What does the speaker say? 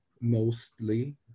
mostly